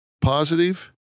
positive